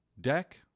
deck